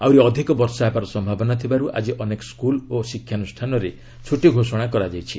ଆହୁରି ଅଧିକ ବର୍ଷା ହେବାର ସମ୍ଭାବନା ଥିବାରୁ ଆଜି ଅନେକ ସ୍କୁଲ୍ ଓ ଶିକ୍ଷାନୁଷ୍ଠାନରେ ଛୁଟି ଘୋଷଣା କରାଯାଇଛି